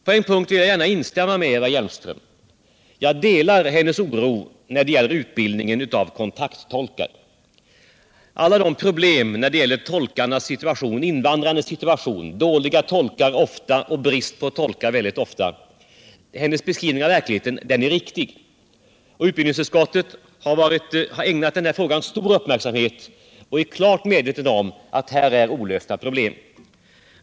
På en punkt kan jag instämma med Eva Hjelmström: jag delar hennes oro när det gäller utbildningen av kontakttolkar. Hennes beskrivning av verkligheten med invandrarnas alla problem — ofta dåliga tolkar, väldigt ofta brist på tolkar — är riktig. Utbildningsutskottet har ägnat den frågan stor uppmärksamhet och är klart medvetet om att här finns olösta problem.